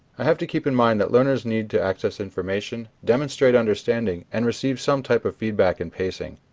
i have to keep in mind that learners need to access information, demonstrate understanding and receive some type of feedback and pacing.